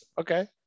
okay